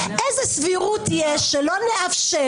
איזה סבירות יש שלא נאפשר?